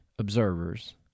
Observers